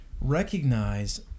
recognize